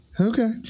okay